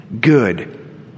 good